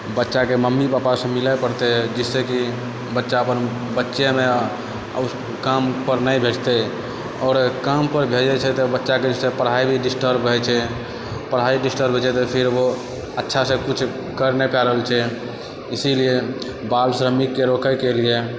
बच्चाके मम्मी पप्पासँ मिलै पड़तै जाहिसँ की बच्चापर बच्चेमे कामपर नहि भेजतै आओर कामपर भेजै छै तऽ बच्चाके जे छै पढ़ाइ भी डिस्टर्ब होइ छै पढ़ाइ डिस्टर्ब होइ छै तऽ फिर ओ अच्छासँ किछु कर नहि पाबि रहल छै इसलिए बाल श्रमिकके रोकैके लिए